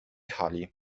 hali